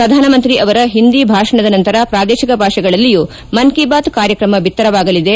ಪ್ರಧಾನಮಂತ್ರಿ ಅವರ ಹಿಂದಿ ಭಾಷಣದ ನಂತರ ಪ್ರಾದೇಶಿಕ ಭಾಷೆಗಳಲ್ಲಿಯೂ ಮನ್ ಕಿ ಬಾತ್ ಕಾರ್ಯಕ್ರಮ ಬಿತ್ತರವಾಗಲಿದೆ